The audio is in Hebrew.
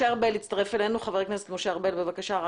הצטרף אלינו חבר הכנסת משה ארבל, בבקשה.